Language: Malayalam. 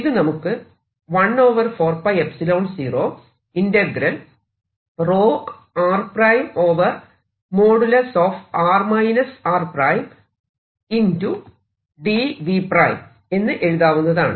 ഇത് നമുക്ക് എന്ന് എഴുതാവുന്നതാണ്